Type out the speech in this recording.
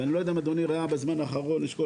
אני לא יודע אם אדוני ראה בזמן האחרון שיש כל